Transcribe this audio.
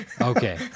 Okay